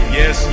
yes